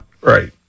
right